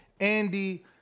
andy